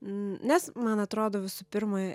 nes man atrodo visų pirma